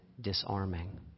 disarming